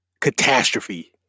catastrophe